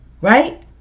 right